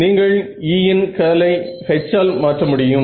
நீங்கள் E இன் கர்லை H ஆல் மாற்ற முடியும்